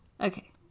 Okay